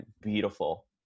beautiful